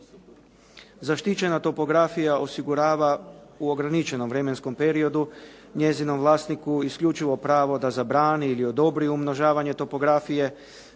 Zaštićena topografija osigurava u ograničenom vremenskom periodu njezinom vlasniku isključivo pravo da zabrani ili odobri umnožavanje topografije